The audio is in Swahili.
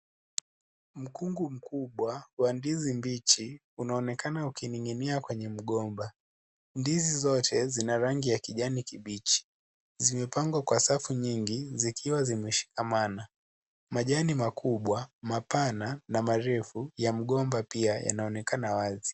Mkungu mkubwa wa ndizi mbichi unaonekana ukining'inia kwenye mgomba. Ndizi zote zina rangi ya kijani kibichi. Zimepangwa kwa savu nyingi zikiwa zimeshikamana. Majani makuu kubwa, mapana na marefu. Ya mgomba pia yanaonekana wazi.